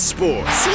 Sports